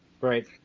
Right